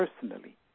personally